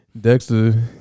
Dexter